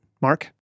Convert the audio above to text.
Mark